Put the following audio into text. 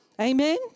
Amen